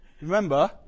Remember